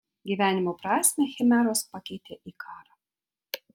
gyvenimo prasmę chimeros pakeitė į karą